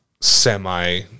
semi